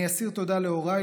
אני אסיר תודה להוריי.